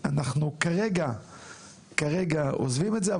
אנחנו כרגע עוזבים את זה,